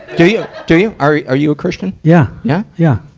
do you? do you? are are you a christian? yeah. yeah? yeah.